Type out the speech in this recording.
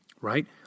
right